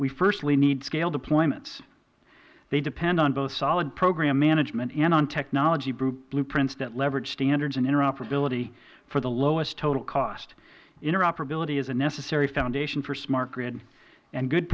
we firstly need scale deployments they depend on both solid program management and on technology blueprints that leverage standards and interoperability for the lowest total cost interoperability is a necessary foundation for smart grid and good